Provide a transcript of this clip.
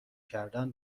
کردن